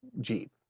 Jeep